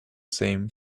same